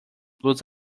blues